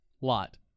Lot